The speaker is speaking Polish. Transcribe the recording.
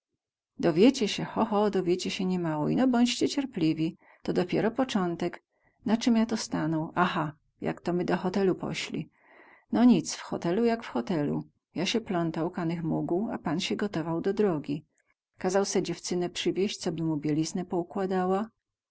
włochach dowiecie sie ho ho dowiecie sie niemało ino bądźcie cierpliwi to dopiero pocątek na cym ja to stanął aha jak my do hotelu pośli no nic w hotelu jak w hotelu ja sie plątał kanych mógł a pan sie gotowieł do drogi kazał se dziewcynę przywieść coby mu bieliznę poukładała